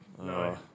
No